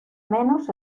menos